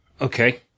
Okay